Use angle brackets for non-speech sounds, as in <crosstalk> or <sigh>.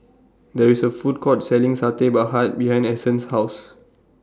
There IS A Food Court Selling Satay <unintelligible> behind Ason's House